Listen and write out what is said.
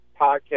podcast